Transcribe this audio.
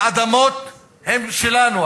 האדמות הן שלנו,